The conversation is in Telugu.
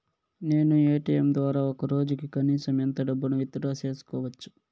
నేను ఎ.టి.ఎం ద్వారా ఒక రోజుకి కనీసం ఎంత డబ్బును విత్ డ్రా సేసుకోవచ్చు?